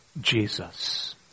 Jesus